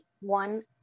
one